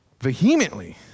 vehemently